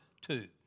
two